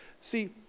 See